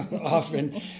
often